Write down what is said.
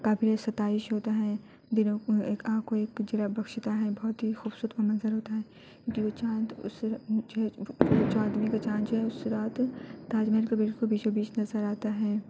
قابل ستائش ہوتا ہے آنکھ کو ایک جلا بخشتا ہے بہت ہی خوبصورت وہ منظر ہوتا ہے کیونکہ وہ چاند اس سے جو ہے چودھویں کا چاند جو ہے اس رات تاج محل کے بالکل بیچوں بیچ نظر آتا ہے